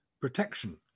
protection